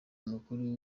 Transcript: mukuru